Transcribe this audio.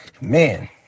Man